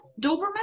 Doberman